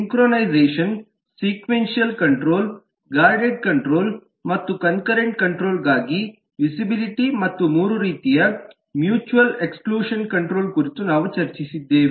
synchronisation sequential control guarded control ಮತ್ತು concurrent ಕಂಟ್ರೋಲ್ಗಾಗಿ visibility ಮತ್ತು ಮೂರು ರೀತಿಯ ಮ್ಯೂಚುಯಲ್ ಎಕ್ಸ್ಕ್ಲೂಷನ್ ಕಂಟ್ರೋಲ್ ಕುರಿತು ನಾವು ಚರ್ಚಿಸಿದ್ದೇವೆ